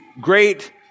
great